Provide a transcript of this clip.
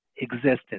existence